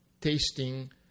tasting